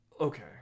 okay